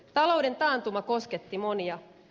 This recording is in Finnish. talouden taantuma kosketti monia